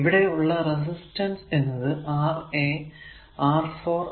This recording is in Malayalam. ഇവിടെ ഉള്ള റെസിസ്റ്റൻസ് എന്നത് R a R 4 R5 R 6 എന്നിവ ആണ്